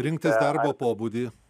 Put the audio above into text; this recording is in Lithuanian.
rinktis darbo pobūdį